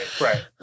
right